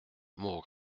moreau